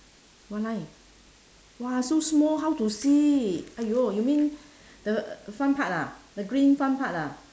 what line !wah! so small how to see !aiyo! you mean the front part ah the green front part ah